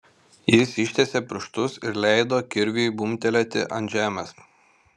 jis ištiesė pirštus ir leido kirviui bumbtelėti ant žemės